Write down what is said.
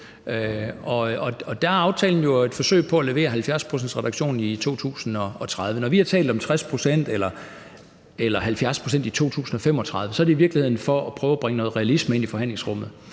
hænge på. Aftalen er jo at forsøge at levere 70-procentsreduktionen i 2030. Når vi har talt om 60 pct. eller om 70 pct. i 2035, er det i virkeligheden for at prøve at bringe noget realisme ind i forhandlingsrummet.